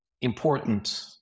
important